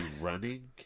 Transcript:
running